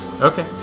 okay